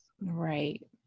Right